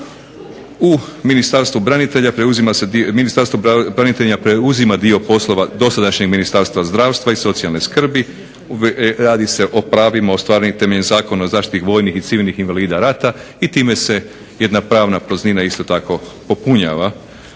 Ministarstvo branitelja preuzima dio poslova dosadašnjeg Ministarstva zdravstva i socijalne skrbi. Radi se o pravima ostvarenim temeljem Zakona o zaštiti vojnih i civilnih invalida rata i time se jedna pravna praznina isto tako popunjava.